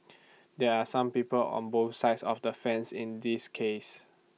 there are some people on both sides of the fence in this case